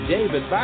David